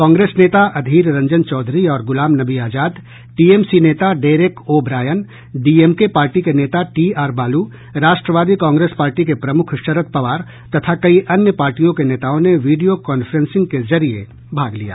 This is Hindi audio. कांग्रेस नेता अधीर रंजन चौधरी और गुलाम नबी आजाद टी एमसी नेता डेरेक ओब्रायन डीएमके पार्टी के नेता टीआर बालू राष्ट्रवादी कांग्रेस पार्टी के प्रमुख शरद पवार तथा कई अन्य पार्टियों के नेताओं ने वीडियो कांफ्रेंसिंग के जरिये भाग लिया